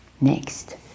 Next